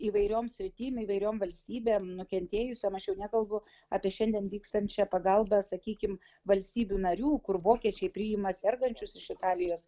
įvairioms sritim įvairiom valstybėm nukentėjusiem aš jau nekalbu apie šiandien vykstančią pagalbą sakykim valstybių narių kur vokiečiai priima sergančius iš italijos